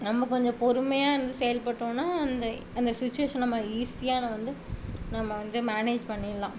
நம்ம கொஞ்சம் பொறுமையா இருந்து செயல்பட்டோம்னால் அந்த அந்த சிச்சுவேஷனை நம்ம ஈஸியாக நம்ம வந்து நம்ம வந்து மேனேஜ் பண்ணிடலாம்